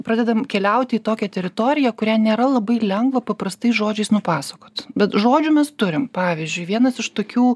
pradedam keliauti į tokią teritoriją kurią nėra labai lengva paprastais žodžiais nupasakot bet žodžių mes turim pavyzdžiui vienas iš tokių